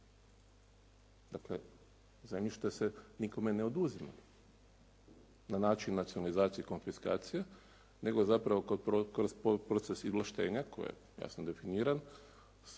Dakle, zemljište se nikome ne oduzima na način nacionalizacije i konfiskacije nego zapravo kroz proces izvlaštenja koji je jasno definiran